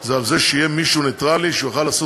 זה על זה שיהיה מישהו נייטרלי שיוכל לעשות